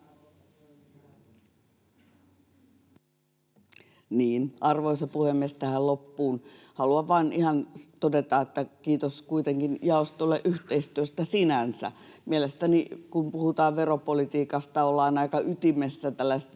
Arvoisa puhemies! Tähän loppuun haluan ihan vain todeta, että kiitos kuitenkin jaostolle yhteistyöstä sinänsä. Mielestäni, kun puhutaan veropolitiikasta, ollaan aika ytimessä tällaista